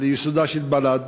לייסודה של בל"ד